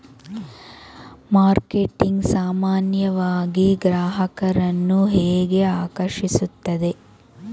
Marketing ಸಾಮಾನ್ಯವಾಗಿ ಗ್ರಾಹಕರನ್ನು ಹೇಗೆ ಆಕರ್ಷಿಸುತ್ತದೆ?